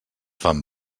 fan